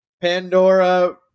Pandora